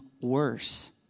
worse